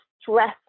stress